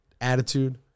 attitude